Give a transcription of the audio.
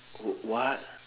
oh what